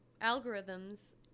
algorithms